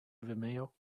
vimeo